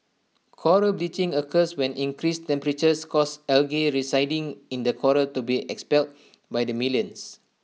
Coral bleaching occurs when increased temperatures cause algae residing in the Coral to be expelled by the millions